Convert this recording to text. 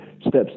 steps